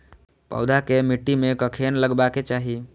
पौधा के मिट्टी में कखेन लगबाके चाहि?